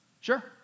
sure